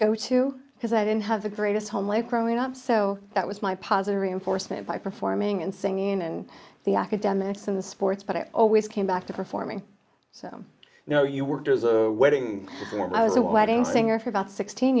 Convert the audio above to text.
go to because i didn't have the greatest home like growing up so that was my positive reinforcement by performing and singing and the academics and the sports but it always came back to performing so you know you worked as a wedding or i was a wedding singer for about sixteen